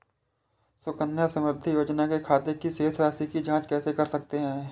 सुकन्या समृद्धि योजना के खाते की शेष राशि की जाँच कैसे कर सकते हैं?